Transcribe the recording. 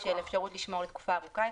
הסכמה מפורשת לאפשרות לשמור לתקופה ארוכה